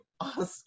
Awesome